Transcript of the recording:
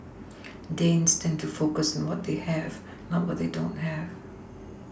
Danes tend to focus on what they have not what they don't have